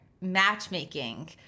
matchmaking